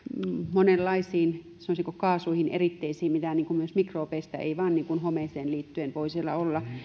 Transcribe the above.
monenlaisiin sanoisinko kaasuihin eritteisiin mitä myös mikrobeista ei vain homeeseen liittyen voi siellä olla